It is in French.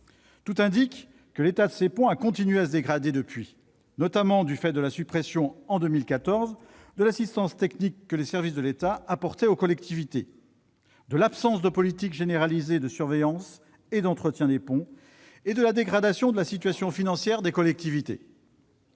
tout indique que ces infrastructures ont continué à se dégrader depuis, notamment du fait de la suppression, en 2014, de l'assistance technique que les services de l'État apportaient aux collectivités, de l'absence de politique généralisée de surveillance et d'entretien des ponts et de la dégradation de la situation financière des collectivités.